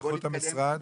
היערכות המשרד.